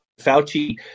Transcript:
Fauci